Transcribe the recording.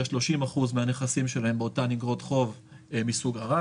30% מהנכסים שלהם באותן איגרות חוב מסוג 'ערד',